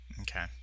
Okay